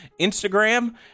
Instagram